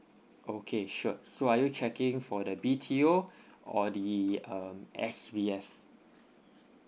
okay sure so are you checking for the B_T_O or the um S_B_F